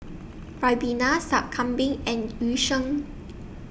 Ribena Sup Kambing and Yu Sheng